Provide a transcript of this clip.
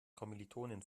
kommilitonin